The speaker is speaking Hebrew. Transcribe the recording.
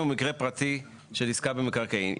אנחנו מדברים על מקרה פרטי של עסקה במקרקעין.